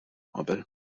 qabel